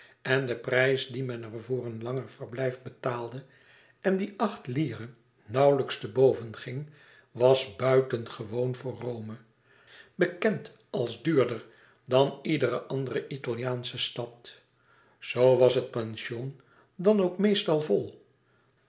en de prijs dien men er voor een langer verblijf betaalde en die acht lire nauw lijks te boven ging was buitengewoon voor rome bekend als duurder dan iedere andere italiaansche stad zoo was het pension dan ook meestal vol